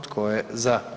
Tko je za?